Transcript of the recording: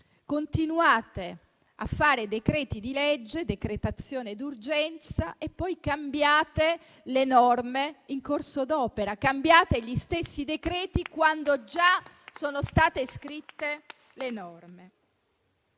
continuate a fare decreti-legge (decretazione d'urgenza) e poi cambiate le norme in corso d'opera, cambiate gli stessi decreti quando già sono state scritte le norme.